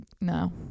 no